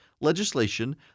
legislation